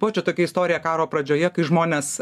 buvo čia tokia istorija karo pradžioje kai žmonės